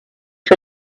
for